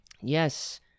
Yes